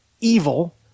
evil